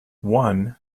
one